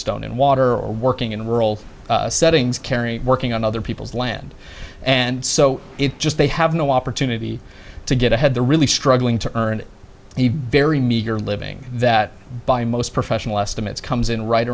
stone in water or working in rural settings carry working on other people's land and so it just they have no opportunity to get ahead they're really struggling to earn a very meager living that by most professional estimates comes in right